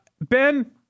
ben